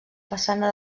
façana